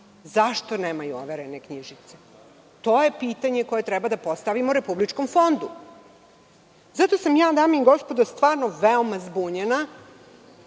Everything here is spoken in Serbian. Zašto nemaju overene knjižice? To je pitanje koje treba da postavimo Republičkom fondu. Zato sam ja, dame i gospodo, stvarno veoma zbunjena.